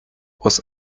was